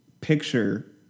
picture